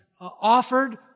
offered